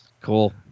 Cool